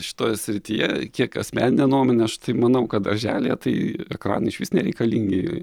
šitoje srityje kiek asmenine nuomone aš manau kad darželyje tai ekranai išvis nereikalingi